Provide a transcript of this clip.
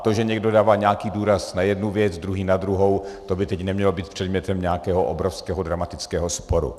To, že někdo dává nějaký důraz na jednu věc, druhý na druhou, to by teď nemělo být předmětem nějakého obrovského dramatického sporu.